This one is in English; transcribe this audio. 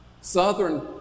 southern